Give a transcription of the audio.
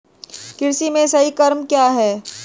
कृषि में सही क्रम क्या है?